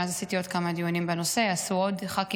מאז עשיתי עוד כמה דיונים בנושא, ועוד